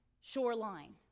shoreline